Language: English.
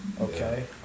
okay